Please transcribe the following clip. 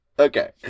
Okay